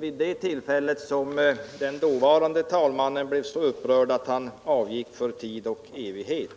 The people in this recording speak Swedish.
Vid det tillfället blev den dåvarande talmannen så upprörd att han avgick för tid och evighet.